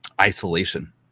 isolation